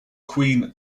queen